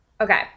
Okay